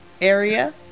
area